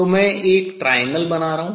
तो मैं एक त्रिकोण बना रहा हूँ